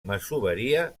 masoveria